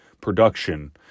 production